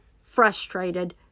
frustrated